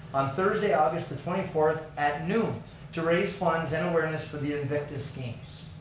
on thursday, august the twenty fourth at noon to raise funds and awareness for the invictus games.